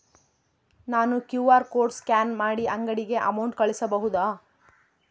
ನಾನು QR code scan ಮಾಡಿ ಅಂಗಡಿಗೆ ಅಮೌಂಟ್ ಕಳಿಸಬಹುದಾ?